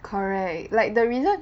correct like the reason